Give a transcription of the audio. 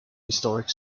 historic